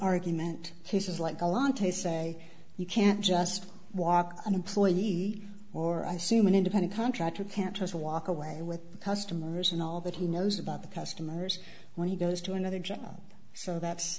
argument he says like a lot to say you can't just walk an employee or i assume an independent contractor can't just walk away with customers and all that he knows about the customers when he goes to another job so that's